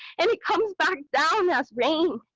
and it comes back down as rain.